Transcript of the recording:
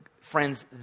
Friends